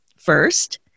first